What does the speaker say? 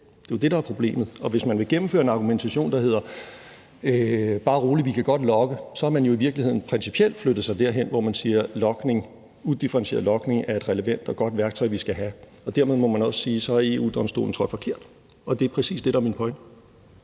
Det er jo det, der er problemet. Og hvis man vil gennemføre en argumentation, der hedder, at bare rolig, vi kan godt logge, så har man jo i virkeligheden principielt flyttet sig derhen, hvor man siger, at udifferentieret logning er et relevant og godt værktøj, vi skal have. Og dermed må man også sige, at EU-Domstolen så har trådt forkert, og det er præcis det, der er min pointe.